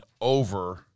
over